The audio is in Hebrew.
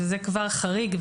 שזה כבר חריג.